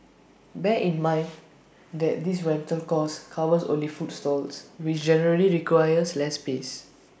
bear in mind that this rental cost covers only food stalls which generally requires less space